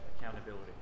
Accountability